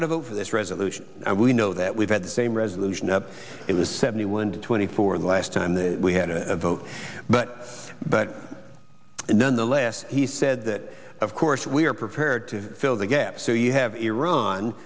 to vote for this resolution we know that we've had the same resolution up it was seventy one to twenty four the last time we had a vote but but nonetheless he said that of course we are prepared to fill the gaps so you have iran